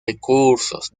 recursos